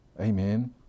Amen